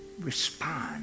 respond